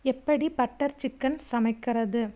எப்படி butter chicken சமைக்கிறது